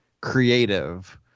creative